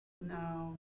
No